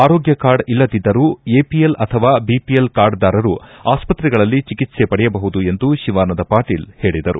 ಆರೋಗ್ಯ ಕಾರ್ಡ್ ಇಲ್ಲದಿದ್ದರೂ ಎಪಿಲ್ ಅಥವಾ ಬಿಪಿಲ್ ಕಾರ್ಡ್ದಾರರು ಆಸ್ಪತ್ರೆಗಳಲ್ಲಿ ಚಿಕಿತ್ಸ ಪಡೆಯಬಹುದು ಎಂದು ಶಿವಾನಂದ ಪಾಟೀಲ್ ಹೇಳಿದರು